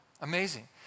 Amazing